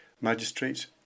magistrates